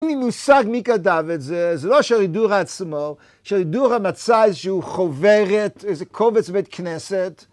אין לי מושג מי כתב את זה, זה לא השערי דורא עצמו, השערי דורא מצא איזשהו חוברת, איזה קובץ בית כנסת,